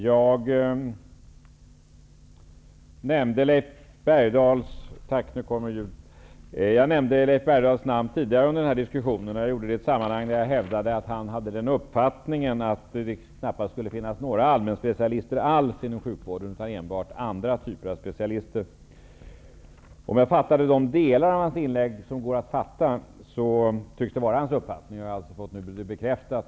Herr talman! Jag nämnde Leif Bergdahls namn tidigare under den här diskussionen i ett sammanhang där jag hävdade att han har den uppfattningen att det knappast skall finnas några allmänspecialister alls inom sjukvården, utan enbart andra typer av specialister. Om jag rätt förstod de delar av hans inlägg som går att förstå, tycks det vara hans uppfattning. Jag har alltså fått det bekräftat.